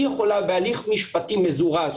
היא יכולה בהליך משפטי מזורז,